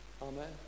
Amen